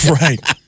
Right